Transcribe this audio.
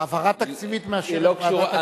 העברה תקציבית מאשרת ועדת הכספים.